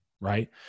Right